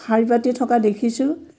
শাৰী পাতি থকা দেখিছোঁ